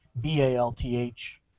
B-A-L-T-H